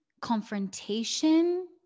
confrontation